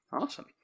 Awesome